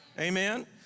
Amen